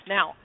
Now